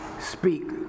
speak